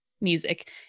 music